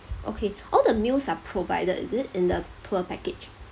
okay all the meals are provided is it in the tour package